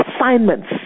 assignments